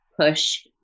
push